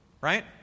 Right